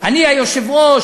אני היושב-ראש,